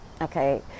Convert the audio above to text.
okay